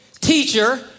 teacher